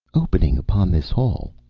opening upon this hall,